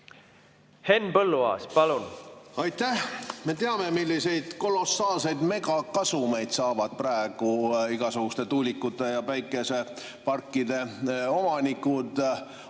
Henn Põlluaas, palun! Aitäh! Me teame, milliseid kolossaalseid megakasumeid saavad praegu igasuguste tuulikute ja päikeseparkide omanikud.